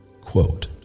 quote